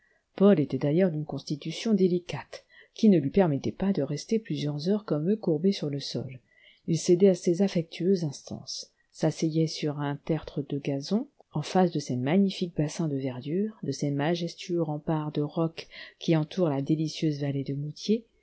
paul était d'ailleurs d'une constitution délicate qui ne lui permettait pas de rester plusieurs heures comme eux courbé sur le sol il cédait à ces affectueuses mstances s'asseyait sur un tertre de gazon en face de ces magnifiques bassins de verdure de ces majestueux remparts de rocs qui entourent la délicieuse vallée de mouthiers